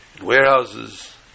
Warehouses